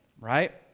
right